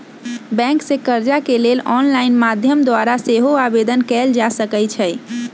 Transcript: bank से कर्जा के लेल ऑनलाइन माध्यम द्वारा सेहो आवेदन कएल जा सकइ छइ